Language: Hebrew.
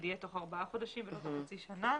יהיה תוך ארבעה חודשים ולא חצי שנה.